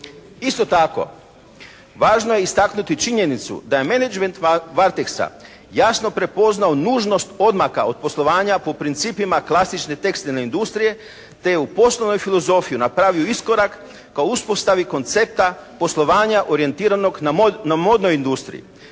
Isto tako važno je istaknuti činjenicu da je menadžment "Varteksa" jasno prepoznao nužnost odmaka od poslovanja po principima klasične tekstilne industrije te je u poslovnoj filozofiji napravio iskorak ka uspostavi koncepta poslovanja orijentiranog na modnoj industriji.